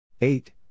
Eight